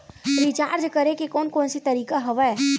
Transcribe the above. Recharge करे के कोन कोन से तरीका हवय?